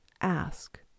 ask